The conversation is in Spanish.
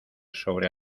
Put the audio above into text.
sobre